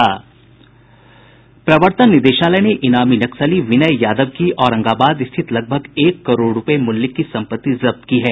प्रवर्तन निदेशालय ने ईनामी नक्सली विनय यादव की औरंगाबाद स्थित लगभग एक करोड़ रुपये मूल्य की संपत्ति जब्त की है